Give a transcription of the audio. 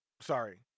Sorry